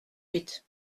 huit